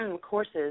courses